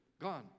gone